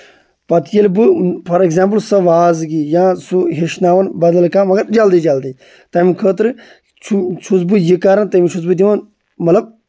پَتہٕ ییٚلہِ بہٕ فار اٮ۪کزامپٕل سۄ وازگی یا سُہ ہیٚچھناوان بدل کانٛہہ مَگر جلدی جلدی تَمہِ خٲطرٕ چھُ چھُس بہٕ یہِ کران تٔمِس چھُس بہٕ دِوان مطلب